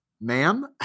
Ma'am